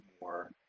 more